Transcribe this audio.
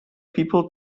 people